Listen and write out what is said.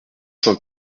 cent